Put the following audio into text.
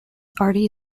artie